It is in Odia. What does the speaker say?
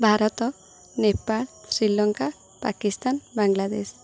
ଭାରତ ନେପାଳ ଶ୍ରୀଲଙ୍କା ପାକିସ୍ତାନ ବାଂଲାଦେଶ